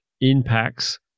impacts